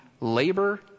labor